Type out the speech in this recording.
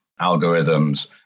algorithms